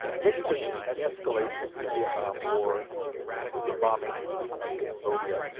nixon had escalated the vietnam war with the bombing of cambodia,